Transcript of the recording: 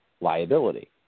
liability